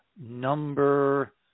number